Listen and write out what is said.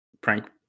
prank